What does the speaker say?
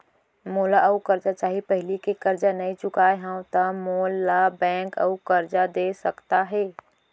मोला अऊ करजा चाही पहिली के करजा नई चुकोय हव त मोल ला बैंक अऊ करजा दे सकता हे?